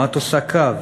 מה את עושה קו?